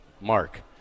Mark